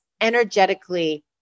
energetically